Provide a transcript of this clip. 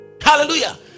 Hallelujah